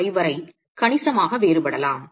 5 வரை கணிசமாக வேறுபடலாம்